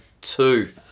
two